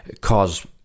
cause